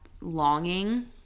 longing